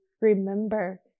remember